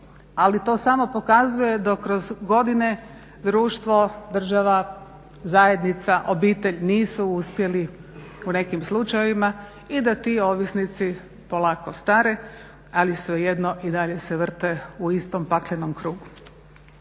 Ali to samo pokazuje da kroz godine društvo, država, zajednica, obitelj nisu uspjeli u nekim slučajevima i da ti ovisnici polako stare ali svejedno i dalje se vrte u istom paklenom krugu.